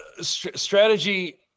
Strategy